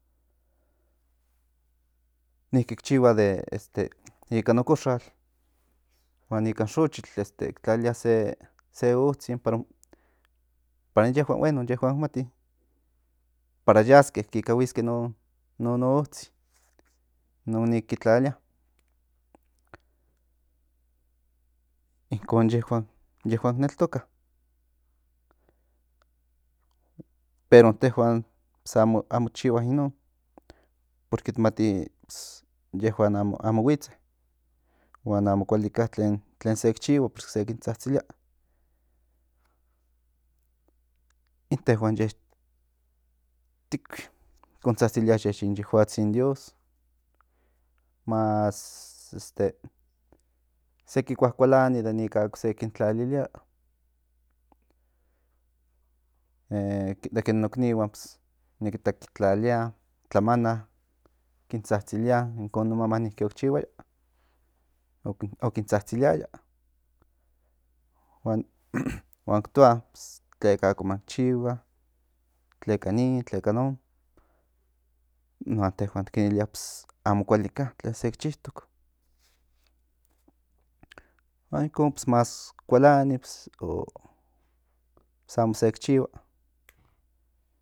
Niki chihua ikan ocoxal huan ikan xochitl tlalia se ootsin para inyehuan bueno i yehuan ki mati para yaske para ki ikahuiske innon ootsin inonik ki tlalia inkon yehuan ki neltoka pero in yehuan amo tik chihua innon porque mati in yehuan amo huitze huan amo kualika tlen se ki chihua se kin tsatsilia in yehuan ye ti kon tsatsilia in yehuatsin dios más seki kuakualani ik ako se kin tlalilia de ken nok iknihuan nikita tlalia tla mana kin tsatsilia inkon in no mamá inkon oc chihuaya ok kin tsatsiliaya huan ki toa tleka ako man ki chihua tleka nin tlaka non huan tehuan ti kin ilia amo kualika tlen sek chihua huan inkon más kualani amo sec chihua